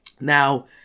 Now